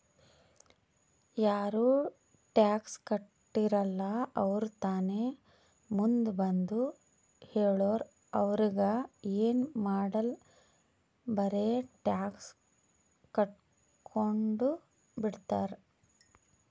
ಯಾರು ಟ್ಯಾಕ್ಸ್ ಕಟ್ಟಿರಲ್ಲ ಅವ್ರು ತಾನೇ ಮುಂದ್ ಬಂದು ಹೇಳುರ್ ಅವ್ರಿಗ ಎನ್ ಮಾಡಾಲ್ ಬರೆ ಟ್ಯಾಕ್ಸ್ ಕಟ್ಗೊಂಡು ಬಿಡ್ತಾರ್